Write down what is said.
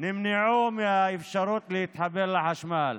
נמנעה מהם אפשרות להתחבר לחשמל.